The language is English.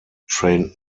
trained